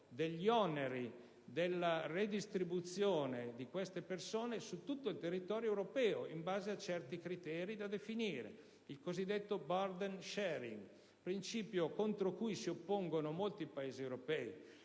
degli oneri della redistribuzione di queste persone sull'intero territorio europeo in base a criteri da definire, il cosiddetto *burden sharing*, principio al quale si oppongono molti Paesi europei.